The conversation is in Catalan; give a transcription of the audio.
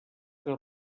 que